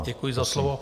Děkuji za slovo.